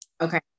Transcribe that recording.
Okay